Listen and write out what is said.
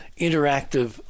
interactive